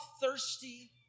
thirsty